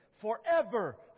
forever